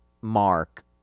mark